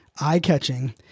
eye-catching